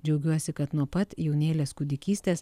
džiaugiuosi kad nuo pat jaunėlės kūdikystės